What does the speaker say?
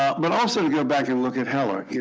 ah but also to go back and look at heller.